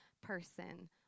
person